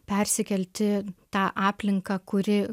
persikelti tą aplinką kuri